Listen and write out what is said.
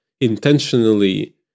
intentionally